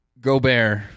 Gobert